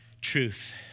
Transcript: truth